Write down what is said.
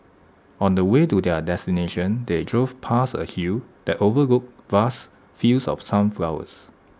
on the way to their destination they drove past A hill that overlooked vast fields of sunflowers